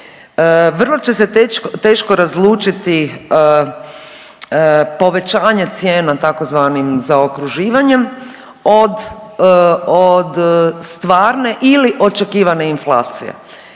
vrlo će se teško razlučiti povećanje cijena tzv. zaokruživanjem od, od stvarne ili očekivane inflacije.